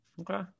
okay